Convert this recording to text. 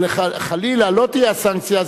אבל חלילה לא תהיה הסנקציה,